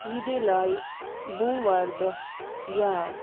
یہِ دِلایہِ بوموارِ دۄہ یاد